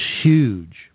huge